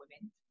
women